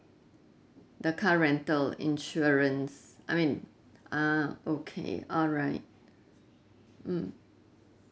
the car rental insurance I mean ah okay alright mm